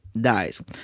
dies